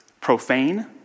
profane